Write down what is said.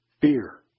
Fear